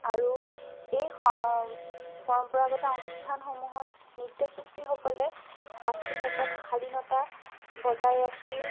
আৰু এই পৰম্পৰাগত অনুষ্ঠানসমূহত নৃত্যশিল্পীসকলে সাজ পোছাকত শালীনতা বজাই ৰাখি